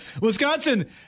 Wisconsin